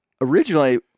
Originally